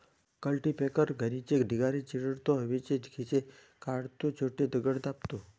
cultipacker घाणीचे ढिगारे चिरडतो, हवेचे खिसे काढतो, छोटे दगड दाबतो